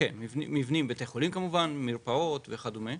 אני מדבר על בתי חולים, מרפאות וכדומה.